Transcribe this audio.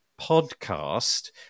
podcast